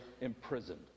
imprisoned